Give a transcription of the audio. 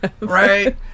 right